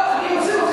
אני אוציא אתכם,